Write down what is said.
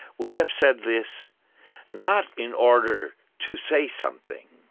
we have said this not in order to say something,